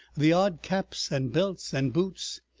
the odd caps and belts and boots,